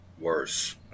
Worse